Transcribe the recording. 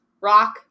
rock